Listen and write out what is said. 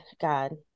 God